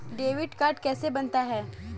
Debit card कैसे बनता है?